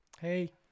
hey